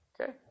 Okay